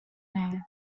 there